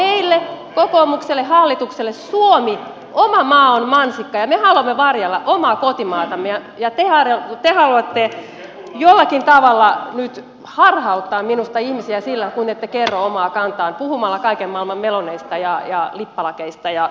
meille kokoomukselle hallitukselle suomi oma maa on mansikka ja me haluamme varjella omaa kotimaatamme ja te haluatte jollakin tavalla nyt harhauttaa minusta ihmisiä sillä kun ette kerro omaa kantaanne puhumalla kaiken maailman meloneista ja lippalakeista ja ties mistä